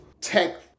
tech